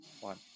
One